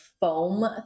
foam